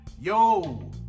Yo